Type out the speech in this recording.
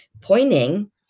pointing